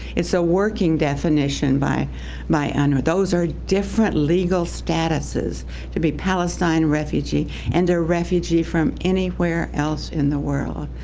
it's a working definition by ah unwra. those are different legal statuses to be palestine refugee and a refugee from anywhere else in the world.